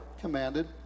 commanded